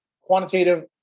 quantitative